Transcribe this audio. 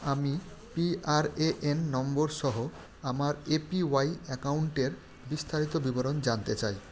আমি PRAN number সহ আমার এপিওয়াই অ্যাকাউন্টের বিস্তারিত বিবরণ জানতে চাই